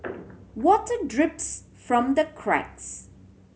water drips from the cracks